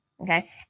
okay